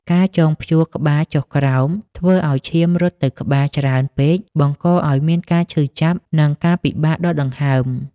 ការចងព្យួរក្បាលចុះក្រោម ធ្វើឱ្យឈាមរត់ទៅក្បាលច្រើនពេកបង្កឱ្យមានការឈឺចាប់និងការពិបាកដកដង្ហើម។